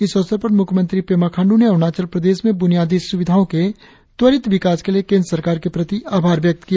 इस अवसर पर मुख्यमंत्री पेमा खांड्र ने अरुणाचल प्रदेश में ब्रनियादी सुविधाओ के त्वरित विकास के लिए केंद्र सरकार के प्रति आभार व्यक्त किया